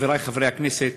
חברי חברי הכנסת,